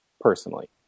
personally